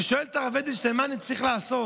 הוא שואל את הרב אדלשטיין: מה אני צריך לעשות?